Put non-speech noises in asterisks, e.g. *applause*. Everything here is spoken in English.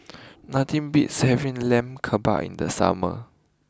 *noise* nothing beats having Lamb Kebabs in the summer